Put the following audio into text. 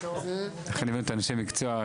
לכן אני אומר אנשי מקצוע,